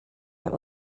out